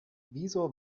wieso